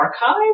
archive